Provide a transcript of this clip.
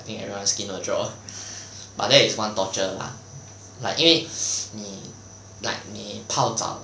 I think everyone's skin will drop hor but that is one torture lah like 因为你 like 你泡澡